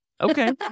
Okay